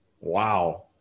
Wow